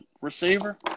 receiver